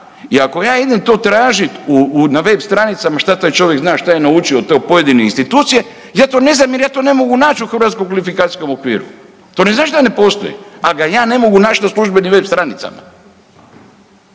I ako ja idem to tražit na web stranicama šta taj čovjek zna, šta je naučio od pojedine institucije ja to ne znam jer ja to ne mogu naći u Hrvatskom kvalifikacijskom okviru, to ne znači da ne postoji, ali ga ja ne mogu naći na službenim web stranicama.